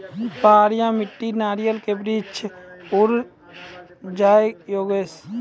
पहाड़िया मिट्टी नारियल के वृक्ष उड़ जाय योगेश?